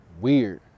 weird